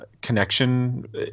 connection